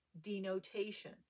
denotation